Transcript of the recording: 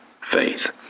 faith